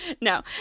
No